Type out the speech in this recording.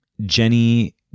Jenny